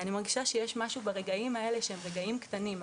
אני מרגישה שיש משהו ברגעים האלה שהם רגעים קטנים,